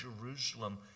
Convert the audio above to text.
Jerusalem